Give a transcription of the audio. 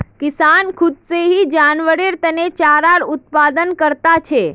किसान खुद से ही जानवरेर तने चारार उत्पादन करता छे